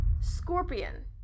Scorpion